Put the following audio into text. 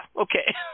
Okay